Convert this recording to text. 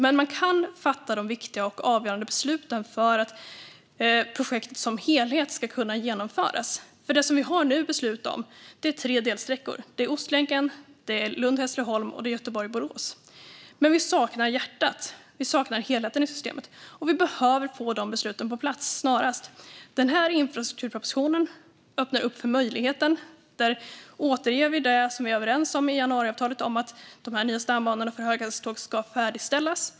Men man kan fatta de viktiga och avgörande besluten för att projektet som helhet ska kunna genomföras. Det vi nu har beslut på är tre delsträckor. Det är Ostlänken, Lund-Hässleholm och Göteborg-Borås. Men vi saknar hjärtat och helheten i systemet. Vi behöver få de besluten på plats snarast. Den här infrastrukturpropositionen öppnar för möjligheten. Vi återger det som vi är överens om i januariavtalet om att de nya stambanorna för höghastighetståg ska färdigställas.